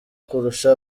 kurusha